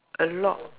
a lot